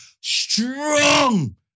Strong